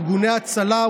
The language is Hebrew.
ארגוני ההצלה,